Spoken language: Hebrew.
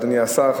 אדוני השר,